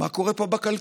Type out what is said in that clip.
מה קורה פה בכלכלה?